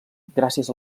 gràcies